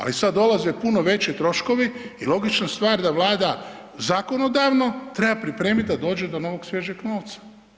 Ali sad dolaze puno veći troškovi i logična stvar da Vlada zakonodavno treba pripremiti da dođe do novog, svježeg novca.